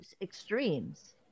extremes